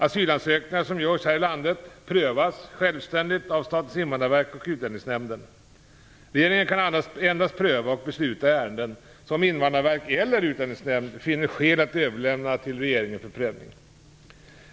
Asylansökningar som görs här i landet prövas självständigt av Statens invandrarverk och Utlänningsnämnden. Regeringen kan endast pröva och besluta i ärenden som Invandrarverket eller Utlänningsnämnden finner skäl att överlämna till regeringen för prövning.